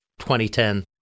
2010